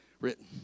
written